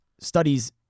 Studies